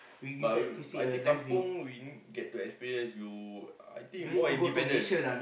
but we but I think kampung we get to experience you I think more independent